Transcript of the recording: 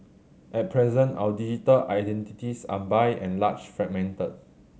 at present our digital identities are by and large fragmented